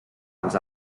els